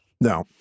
No